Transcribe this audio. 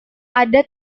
ada